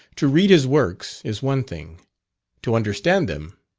to read his works, is one thing to understand them,